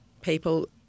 people